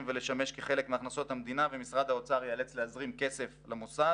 ולשמש כחלק מהכנסות המדינה ומשרד האוצר יאלץ להזרים כסף למוסד.